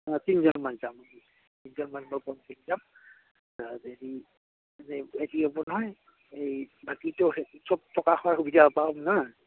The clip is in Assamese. অঁ তিনিজনমান যামি তিনিজন হ'ব নহয় এই বাকীটো চব থকা খোৱাৰ সুবিধা পাম ন